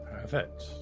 perfect